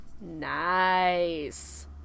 Nice